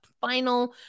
final